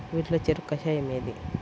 వీటిలో చెరకు కషాయం ఏది?